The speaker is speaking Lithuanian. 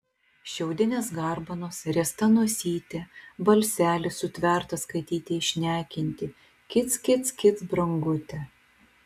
šiaudinės garbanos riesta nosytė balselis sutvertas katytei šnekinti kic kic kic brangute